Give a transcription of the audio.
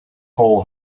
hole